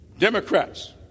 Democrats